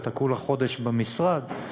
אתה חודש במשרד,